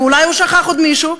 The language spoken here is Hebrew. ואולי הוא שכח עוד מישהו?